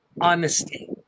Honesty